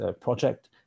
project